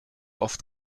oft